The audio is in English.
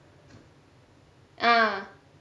ah